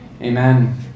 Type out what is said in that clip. Amen